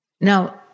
Now